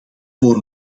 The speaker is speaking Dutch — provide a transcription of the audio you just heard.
voor